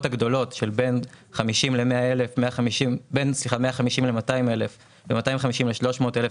הגדולות של בין 150 ל-200 אלף ו-250 ל-300 אלף,